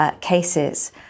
cases